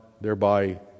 thereby